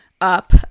up